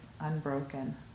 unbroken